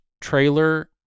trailer